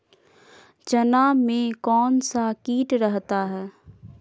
चना में कौन सा किट रहता है?